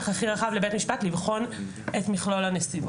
הכי רחב לבית משפט לבחון את מכלול הנסיבות.